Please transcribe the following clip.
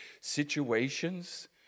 situations